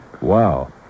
Wow